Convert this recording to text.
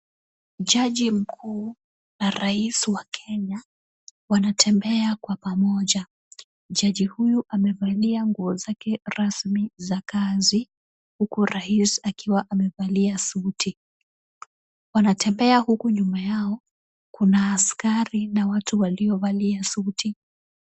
Jaji mkuu na rais wa Kenya wanatembea kwa pamoja. Jaji huyu amevalia nguo zake rasmi za kazi huku rais akiwa amevalia suti. Wanatembea huku nyuma yao kuna askari na watu waliovalia suti.